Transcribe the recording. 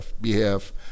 behalf